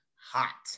hot